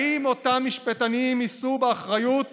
האם אותם משפטנים יישאו באחריות